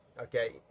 okay